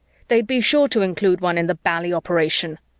they'd be sure to include one in the bally operation.